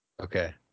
Okay